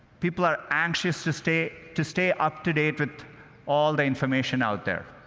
people are anxious to stay to stay up to date with all the information out there.